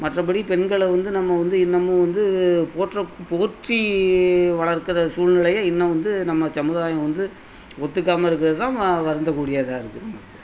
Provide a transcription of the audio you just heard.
மற்றபடி பெண்களை வந்து நம்ம வந்து இன்னமும் வந்து போற்றப் போற்றி வளர்க்கிற சூழ்நிலையை இன்னும் வந்து நம்ம சமூதாயம் வந்து ஒத்துக்காம இருக்கிறது தான் வ வருந்தக்கூடியதாக இருக்கு நம்மளுக்கு